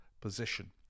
position